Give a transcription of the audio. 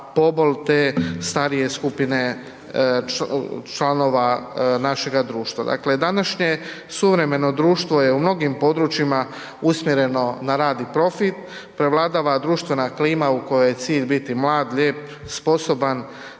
pobol te starije skupine članova našega društva. Dakle, današnje suvremeno društvo je u mnogim područjima usmjereno na rad i profit, prevladava društvena klima u kojoj je cilj biti mlad, ljep, sposoban,